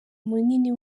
munini